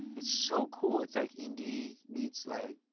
it's so cool. it's like indie meets, like,